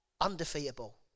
undefeatable